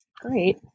Great